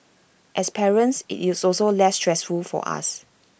as parents IT is also less stressful for us